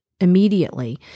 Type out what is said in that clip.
immediately